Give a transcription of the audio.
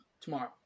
tomorrow